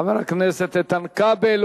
חבר הכנסת איתן כבל,